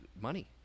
money